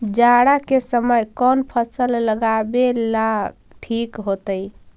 जाड़ा के समय कौन फसल लगावेला ठिक होतइ?